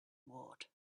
ward